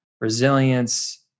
resilience